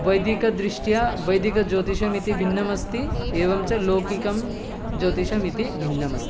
वैदिकदृष्ट्या वैदिकज्योतिषम् इति भिन्नम् अस्ति एवं च लौकिकम् ज्योतिषम् इति भिन्नमस्ति